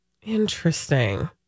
Interesting